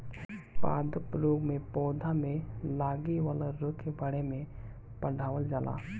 पादप रोग में पौधा में लागे वाला रोग के बारे में पढ़ावल जाला